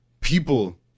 people